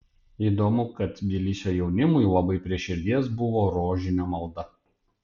įdomu kad tbilisio jaunimui labai prie širdies buvo rožinio malda